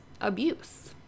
abuse